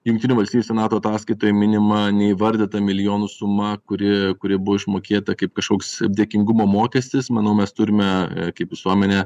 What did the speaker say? jungtinių valstijų senato ataskaitoj minima neįvardyta milijonų suma kuri kuri buvo išmokėta kaip kažkoks dėkingumo mokestis manau mes turime kaip visuomenė